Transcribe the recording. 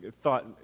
thought